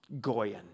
Goyen